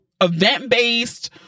event-based